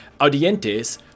audientes